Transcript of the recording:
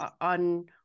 on